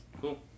Cool